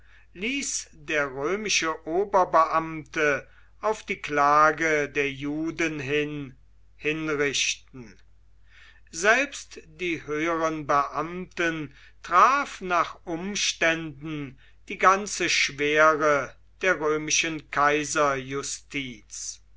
ließ der römische oberbeamte auf die klage der juden hin hinrichten selbst die höheren beamten traf nach umständen die ganze schwere der römischen